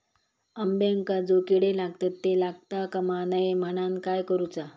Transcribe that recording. अंब्यांका जो किडे लागतत ते लागता कमा नये म्हनाण काय करूचा?